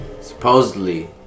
Supposedly